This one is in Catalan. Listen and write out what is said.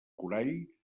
corall